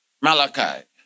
Malachi